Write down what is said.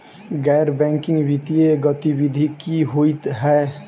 गैर बैंकिंग वित्तीय गतिविधि की होइ है?